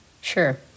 Sure